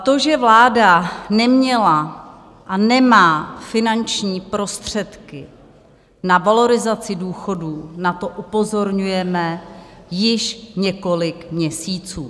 To, že vláda neměla a nemá finanční prostředky na valorizaci důchodů, na to upozorňujeme již několik měsíců.